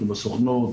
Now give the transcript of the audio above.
עם הסוכנות,